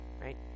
right